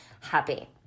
happy